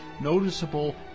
noticeable